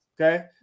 okay